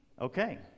Okay